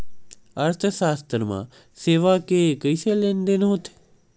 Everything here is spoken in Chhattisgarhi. अर्थशास्त्र मा सेवा के कइसे लेनदेन होथे?